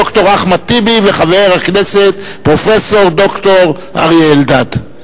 חבר הכנסת ד"ר אחמד טיבי וחבר הכנסת פרופסור ד"ר אריה אלדד.